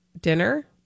dinner